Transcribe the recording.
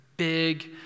big